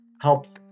helps